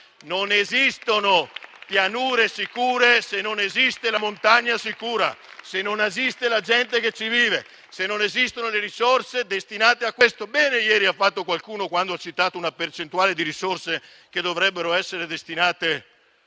non esistono pianure sicure se non esiste montagna sicura; se non esiste la gente che ci vive; se non esistono le risorse destinate a questo bene. Bene ieri ha fatto qualcuno, quando ho citato una percentuale di risorse che dovrebbero essere destinate